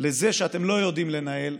לזה שאתם לא יודעים לנהל,